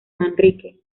manrique